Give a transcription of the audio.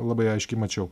labai aiškiai mačiau